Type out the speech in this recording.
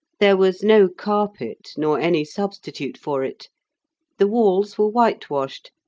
there was no carpet, nor any substitute for it the walls were whitewashed,